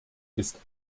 ist